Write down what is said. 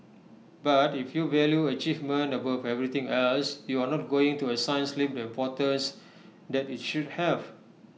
but if you value achievement above everything else you're not going to assign sleep the importance that IT should have